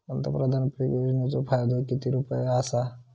पंतप्रधान पीक योजनेचो फायदो किती रुपये आसा?